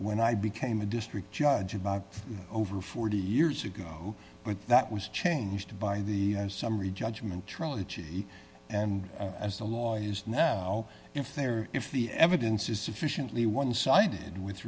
when i became a district judge about over forty years ago but that was changed by the summary judgment trilogy and as the law is now if there if the evidence is sufficiently one